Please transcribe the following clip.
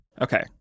Okay